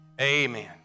Amen